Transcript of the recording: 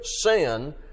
sin